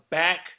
back